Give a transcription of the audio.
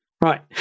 Right